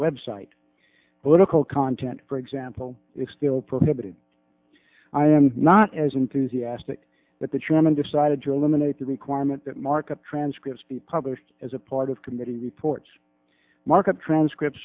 website political content for example is still prohibited i am not as enthusiastic but the chairman decided to eliminate the requirement that markup transcripts be published as a part of committee report markup transcript